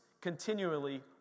continually